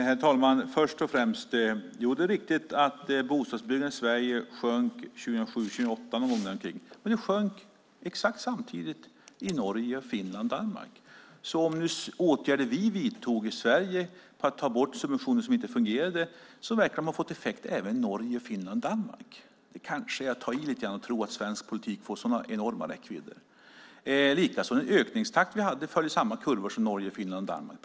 Herr talman! Först och främst vill jag säga att det är riktigt att bostadsbyggandet i Sverige sjönk runt 2007 och 2008. Men det sjönk exakt samtidigt i Norge, Finland och Danmark. De åtgärder som vi vidtog i Sverige genom att ta bort subventioner som inte fungerade verkar ha fått effekt även i Norge, Finland och Danmark. Det kanske är att ta i lite grann att tro att svensk politik har en så enorm räckvidd. Den ökningstakt som vi hade följde samma kurvor som i Norge, Finland och Danmark.